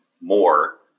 more